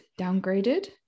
downgraded